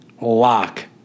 lock